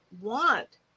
want